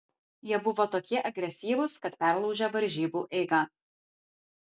jie buvo tokie agresyvūs kad perlaužė varžybų eigą